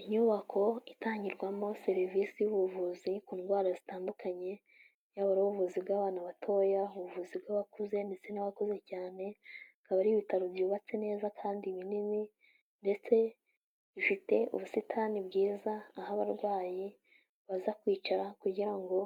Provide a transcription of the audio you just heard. Inyubako itangirwamo serivisi y'ubuvuzi ku ndwara zitandukanye, yaba ari ubuvuzi bw'abana batoya, ubuvuzi bw'abakuze ndetse n'abakuze cyane, bikaba ari ibitaro byubatse neza kandi binini ndetse bifite ubusitani bwiza aho abarwayi baza kwicara kugira ngo